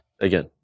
again